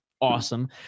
awesome